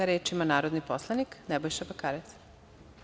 Reč ima narodni poslanik Nebojša Bakarec.